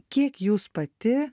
kiek jūs pati